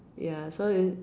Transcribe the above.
ya so is